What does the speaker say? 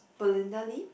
Belinda-Lee